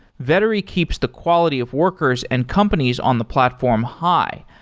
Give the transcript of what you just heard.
vettery keeps the quality of workers and companies on the platform high,